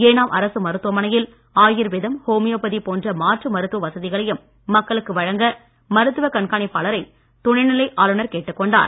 ஏனாம் அரசு மருத்துவமனையில் ஆயுர்வேதம் ஹோமியோபதி போன்ற மாற்று மருத்துவ வசதிகளையும் மக்களுக்கு வழங்க மருத்துவ கண்காணிப்பாளரை துணைநிலை ஆளுநர் கேட்டுக்கொண்டார்